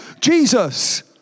Jesus